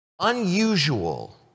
unusual